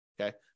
Okay